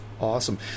awesome